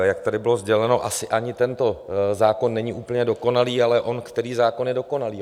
Jak tady bylo sděleno, asi ani tento zákon není úplně dokonalý, ale on který zákon je dokonalý?